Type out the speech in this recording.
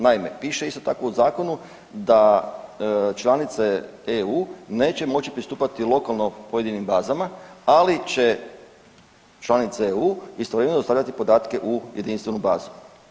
Naime, piše isto tako u zakonu da članice EU neće moći pristupati lokalno pojedinim bazama, ali će članice EU istovremeno dostavljati podatke u jedinstvenu bazu.